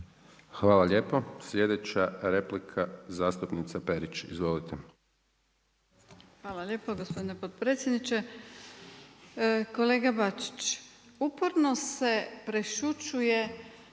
Hvala lijepo. Sljedeća replika zastupnica Perić. Izvolite. **Perić, Grozdana (HDZ)** Hvala lijepo gospodine potpredsjedniče. Kolega Bačić, uporno se prešućuje